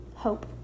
Hope